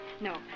No